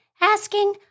asking